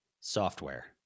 software